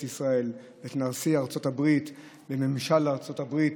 ישראל ואת נשיא ארצות הברית וממשל ארצות הברית,